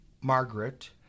Margaret